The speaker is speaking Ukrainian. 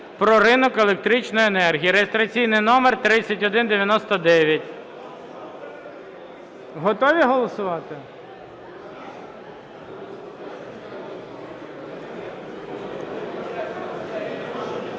"Про ринок електричної енергії" (реєстраційний номер 3199). Готові голосувати?